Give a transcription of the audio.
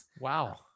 Wow